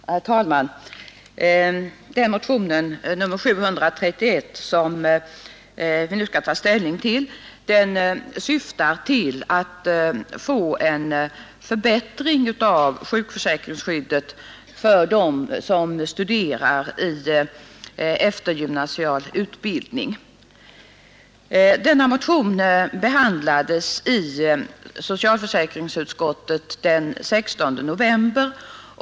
Herr talman! Motion nr 731, som vi nu skall ta ställning till, syftar till att få till stånd en förbättring av sjukförsäkringsskyddet för dem som studerar i eftergymnasial utbildning. Denna motion behandlades i socialförsäkringsutskottet den 16 november.